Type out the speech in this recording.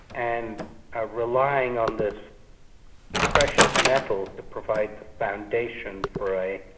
and ah relying on this precious metal to provide the foundation for a